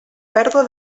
pèrdua